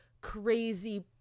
crazy